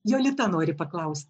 jolita nori paklausti